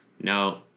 No